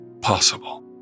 possible